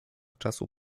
czasu